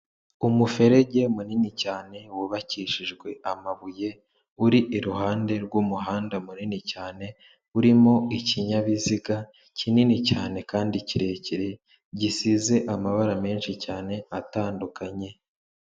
Umuferege munini cyane wubakishijwe amabuye, uri iruhande rw'umuhanda munini cyane urimo ikinyabiziga kinini cyane kandi kirekire gisize amabara menshi cyane atandukanye.